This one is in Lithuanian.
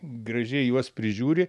gražiai juos prižiūri